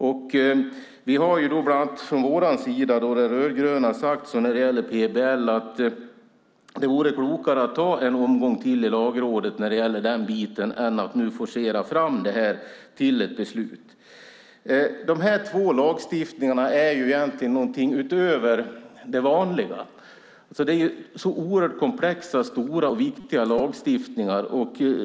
Från den rödgröna sidan har vi när det gäller PBL sagt att det vore klokare med en omgång till i Lagrådet än att nu forcera fram detta till ett beslut. De båda lagstiftningarna är egentligen någonting utöver det vanliga. Det är fråga om oerhört komplexa, stora och viktiga lagstiftningar.